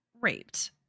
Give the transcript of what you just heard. raped